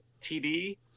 TD